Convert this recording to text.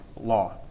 law